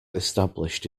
established